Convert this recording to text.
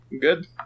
good